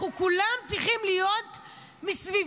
אנחנו כולם צריכים להיות מסביבם.